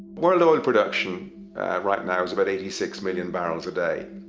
world oil production right now is about eighty six million barrels a day.